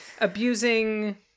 abusing